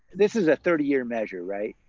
this is a thirty year measure, right?